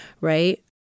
Right